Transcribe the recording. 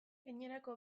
gainerako